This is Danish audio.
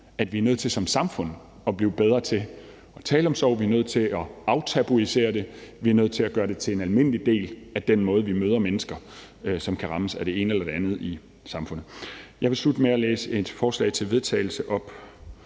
at vi er nødt til som samfund at blive bedre til at tale om sorg, vi er nødt til at aftabuisere det, vi er nødt til at gøre det til en almindelig del af den måde, vi møder mennesker, som rammes af det ene eller det andet i samfundet. Jeg vil slutte med at læse et forslag til vedtagelse op.